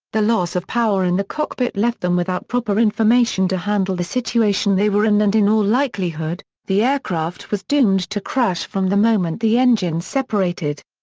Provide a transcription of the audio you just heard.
the loss of power in the cockpit left them without proper information to handle the situation they were in and in all likelihood, the aircraft was doomed to crash from the moment the engine separated.